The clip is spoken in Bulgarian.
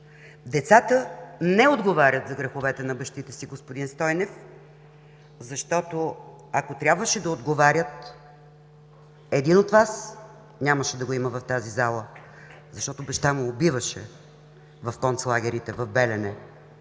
Децата не отговарят за греховете на бащите си, господин Стойнев, защото ако трябваше да отговарят – един от Вас нямаше да го има в тази зала, защото баща му убиваше в концлагерите в Белене.